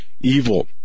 Evil